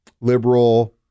liberal